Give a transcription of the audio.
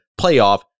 playoff